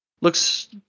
Looks